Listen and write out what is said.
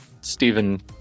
Stephen